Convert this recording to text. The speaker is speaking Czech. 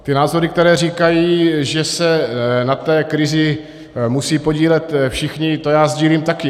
Ty názory, které říkají, že se na té krizi musejí podílet všichni, to já sdílím taky.